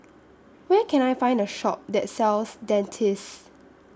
Where Can I Find A Shop that sells Dentiste